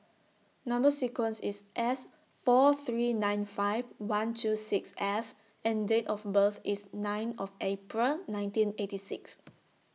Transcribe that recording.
Number sequence IS S four three nine five one two six F and Date of birth IS nine of April nineteen eighty six